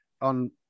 on